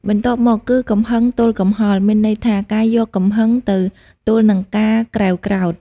បន្ទាប់មកគឺ កំហឹងទល់កំហល់ មានន័យថា ការយកកំហឹងទៅទល់នឹងការក្រេវក្រោធ ។